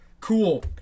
Cool